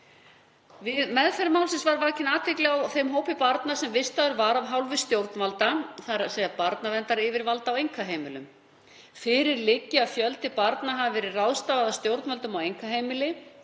meðferð málsins var vakin athygli á þeim hópi barna sem vistaður var af hálfu stjórnvalda, þ.e. barnaverndaryfirvalda, á einkaheimilum. Fyrir liggi að fjölda barna hafi verið ráðstafað af stjórnvöldum á einkaheimili,